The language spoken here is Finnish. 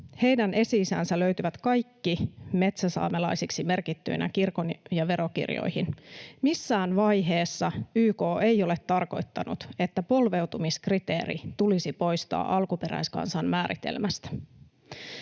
Heidän esi-isänsä löytyvät, kaikki, metsäsaamelaisiksi merkittyinä kirkon- ja verokirjoihin. Missään vaiheessa YK ei ole tarkoittanut, että polveutumiskriteeri tulisi poistaa alkuperäiskansan määritelmästä.